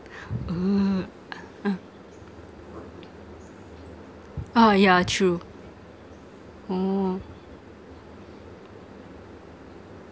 !ee! uh oh yeah true oh